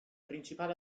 principale